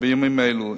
בימים אלה.